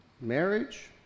marriage